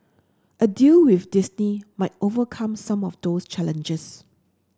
a deal with Disney might overcome some of those challenges